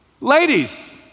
Ladies